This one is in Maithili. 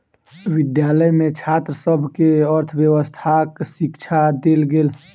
विद्यालय में छात्र सभ के अर्थव्यवस्थाक शिक्षा देल गेल